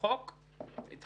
את